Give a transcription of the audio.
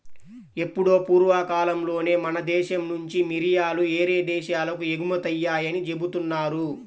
ఎప్పుడో పూర్వకాలంలోనే మన దేశం నుంచి మిరియాలు యేరే దేశాలకు ఎగుమతయ్యాయని జెబుతున్నారు